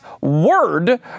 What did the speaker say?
word